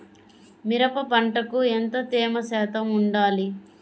మిరప పంటకు ఎంత తేమ శాతం వుండాలి?